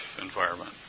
environment